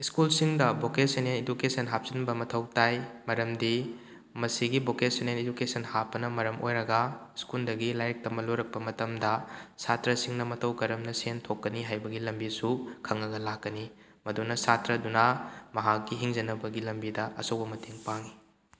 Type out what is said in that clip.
ꯁ꯭ꯀꯨꯜꯁꯤꯡꯗ vocational education ꯍꯥꯞꯆꯤꯟꯕ ꯃꯊꯧ ꯇꯥꯏ ꯃꯔꯝꯗꯤ ꯃꯁꯤꯒꯤ ꯕꯣꯀꯦꯁꯟꯅꯦꯜ ꯏꯗꯨꯀꯦꯁꯟ ꯍꯥꯞꯄꯅ ꯃꯔꯝ ꯑꯣꯏꯔꯒ ꯁ꯭ꯀꯨꯜꯗꯒꯤ ꯂꯥꯏꯔꯤꯛ ꯇꯝꯕ ꯂꯣꯏꯔꯛꯄ ꯃꯇꯝꯗ ꯁꯥꯇ꯭ꯔꯁꯤꯡꯅ ꯃꯇꯧ ꯀꯔꯝꯅ ꯁꯦꯟ ꯊꯣꯛꯀꯅꯤ ꯍꯥꯏꯕꯒꯤ ꯂꯝꯕꯤꯁꯨ ꯈꯪꯂꯒ ꯂꯥꯛꯀꯅꯤ ꯃꯗꯨꯅ ꯁꯥꯇ꯭ꯔꯗꯨꯅ ꯃꯍꯥꯛꯀꯤ ꯍꯤꯡꯖꯅꯕꯒꯤ ꯂꯝꯕꯤꯗ ꯑꯆꯧꯕ ꯃꯇꯦꯡ ꯄꯥꯡꯏ